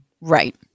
Right